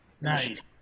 Nice